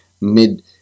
mid